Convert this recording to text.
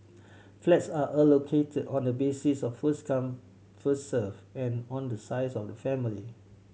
flats are allocated on the basis of first come first served and on the size of the family